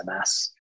SMS